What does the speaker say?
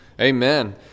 Amen